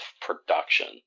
production